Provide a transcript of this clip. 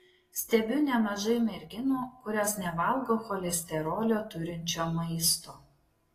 stebiu nemažai merginų kurios nevalgo cholesterolio turinčio maisto